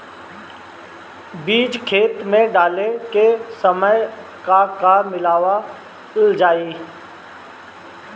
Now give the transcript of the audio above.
बीज खेत मे डाले के सामय का का मिलावल जाई?